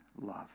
love